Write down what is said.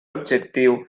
objectiu